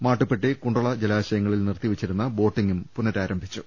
മാട്ടുപെട്ടി കുണ്ടള ജലാശയങ്ങളിൽ നിർത്തിവച്ചിരുന്ന ബോട്ടിംഗും പുനരാരംഭിച്ചു